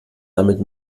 damit